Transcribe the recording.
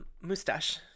mustache